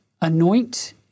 anoint